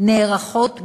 נערכות מייד,